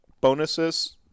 bonuses